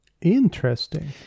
Interesting